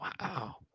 Wow